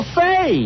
say